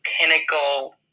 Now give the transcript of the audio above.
pinnacle